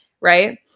Right